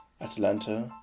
Atlanta